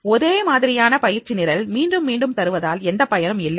எனவே ஒரே மாதிரியான பயிற்சி நிரல் மீண்டும் மீண்டும் தருவதால் எந்த பயனும் இல்லை